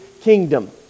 kingdom